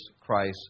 Christ